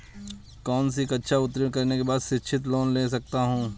कौनसी कक्षा उत्तीर्ण करने के बाद शिक्षित लोंन ले सकता हूं?